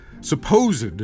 supposed